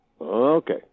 Okay